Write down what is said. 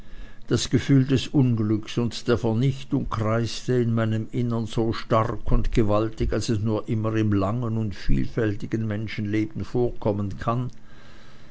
das gefühl des unglückes und der vernichtung kreiste in meinem innern so stark und gewaltig als es nur immer im langen und vielfältigen menschenleben vorkommen kann